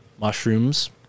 mushrooms